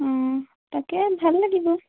অঁ তাকে ভাল লাগিব